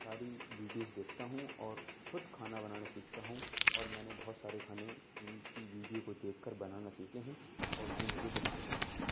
ساری ویڈیوز دیکھتا ہوں اور خود کھانا بنانا سیکھتا ہوں اور میں نے بہت سارے کھانے ان کی ویڈیو کو دیکھ کر بنانا سیکھے ہیں اور یہ مجھے بہت پسند ہے